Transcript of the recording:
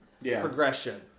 progression